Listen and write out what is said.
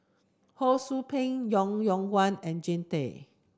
Ho Sou Ping Yong Yong Guan and Jean Tay